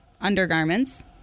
undergarments